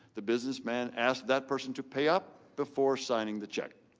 the businessman asks that person to pay up before signing the check.